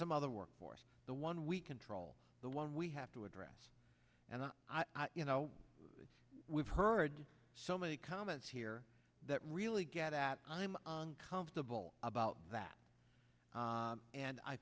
some other workforce the one we control the one we have to address and you know we've heard so many comments here that really get at i'm uncomfortable about that and i